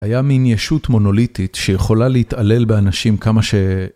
היה מין ישות מונוליטית שיכולה להתעלל באנשים כמה ש...